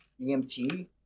EMT